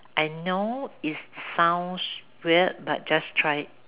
I know it sounds weird but just try it